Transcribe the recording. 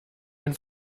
ein